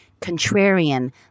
contrarian